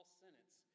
sentence